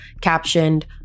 captioned